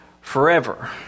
forever